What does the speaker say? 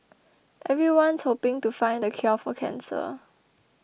everyone's hoping to find the cure for cancer